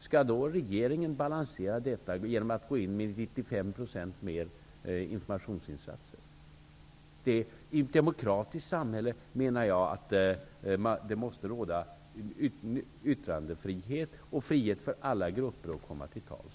Skall regeringen då balansera detta genom att gå in med 95 % mer informationsinsatser? Jag menar att det i ett demokratiskt samhälle måste råda yttrandefrihet och frihet för alla grupper att komma till tals.